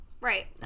Right